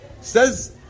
Says